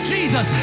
Jesus